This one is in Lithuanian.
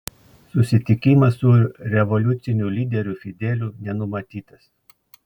susitikimas su revoliuciniu lyderiu fideliu nenumatytas